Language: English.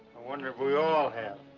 wonder if we all have.